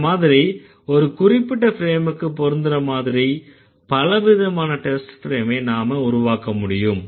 இந்த மாதிரி ஒரு குறிப்பிட்ட ஃப்ரேமுக்கு பொருந்தர மாதிரி பல விதமான டெஸ்ட் ஃப்ரேமை நாம உருவாக்க முடியும்